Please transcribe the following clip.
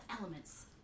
elements